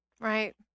Right